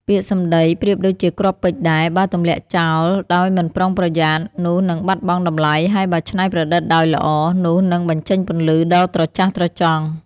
ពាក្យសម្ដីប្រៀបដូចជាគ្រាប់ពេជ្រដែរ បើទម្លាក់ចោលដោយមិនប្រុងប្រយ័ត្ន នោះនឹងបាត់បង់តម្លៃ ហើយបើច្នៃប្រឌិតដោយល្អ នោះនឹងបញ្ចេញពន្លឺដ៏ត្រចះត្រចង់។